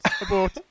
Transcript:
abort